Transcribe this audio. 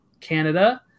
Canada